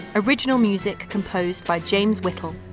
original music composed by james whittle.